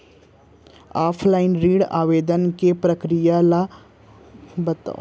Offline ऋण आवेदन के प्रक्रिया के बारे म बतावव?